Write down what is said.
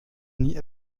nie